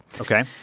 Okay